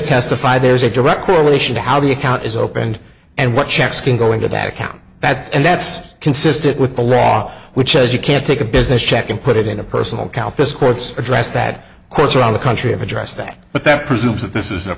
testified there's a direct correlation to how the account is opened and what checks can go into that account that and that's consistent with the law which says you can't take a business check and put it in a personal account discords address that courts around the country of address that but that presumes that this is a